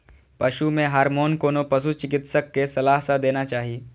पशु मे हार्मोन कोनो पशु चिकित्सक के सलाह सं देना चाही